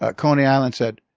ah coney island said,